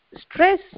stress